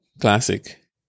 Classic